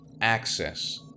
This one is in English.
access